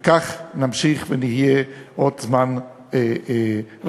וכך נמשיך ונהיה עוד זמן רב.